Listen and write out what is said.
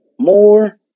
more